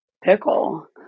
pickle